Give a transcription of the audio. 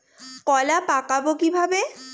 কলা পাকাবো কিভাবে?